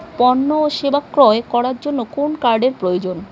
পণ্য ও সেবা ক্রয় করার জন্য কোন কার্ডের প্রয়োজন?